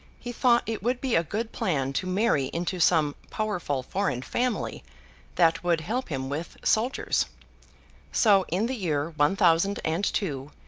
he thought it would be a good plan to marry into some powerful foreign family that would help him with soldiers so, in the year one thousand and two,